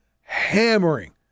hammering